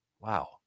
Wow